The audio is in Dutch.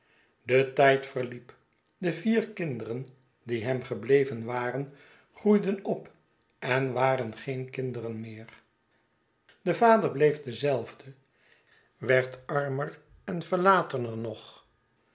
de tijd verliep de vier kinderen die hem gebleven waren groeiden op en waren geen kinderen meer de vader bleef dezelfde werd armer en verlatener nog